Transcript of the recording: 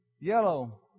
yellow